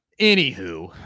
Anywho